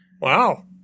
Wow